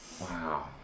Wow